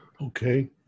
Okay